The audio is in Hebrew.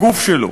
הגוף שלו,